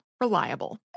Reliable